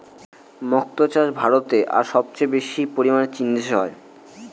মক্তো চাষ ভারতে আর সবচেয়ে বেশি পরিমানে চীন দেশে হয়